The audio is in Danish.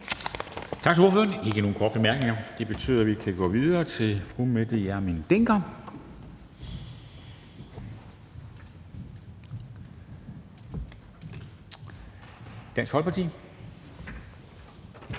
Tak til ordføreren. Der er ikke nogen korte bemærkninger, og det betyder, at vi kan gå videre til fru Mette Hjermind Dencker, Dansk Folkeparti.